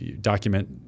document